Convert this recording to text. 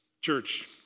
church